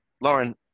Lauren